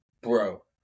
bro